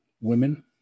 women